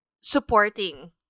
supporting